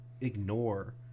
ignore